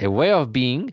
a way of being